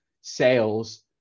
sales